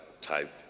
type